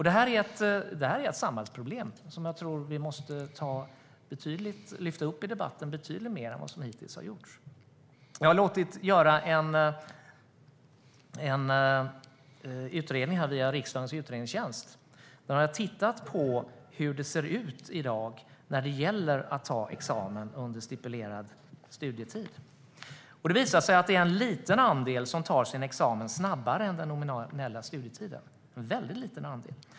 Detta är ett samhällsproblem som jag tror att vi måste lyfta upp i debatten betydligt mer än vad som hittills har gjorts. Jag har låtit riksdagens utredningstjänst göra en utredning. Man har tittat på hur det ser ut i dag när det gäller att ta examen under stipulerad studietid. Det visar sig att det är en väldigt liten andel som tar sin examen snabbare än den nominella studietiden.